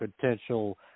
potential